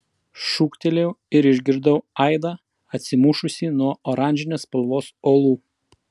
šūktelėjau ir išgirdau aidą atsimušusį nuo oranžinės spalvos uolų